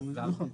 נכון.